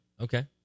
Okay